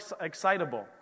excitable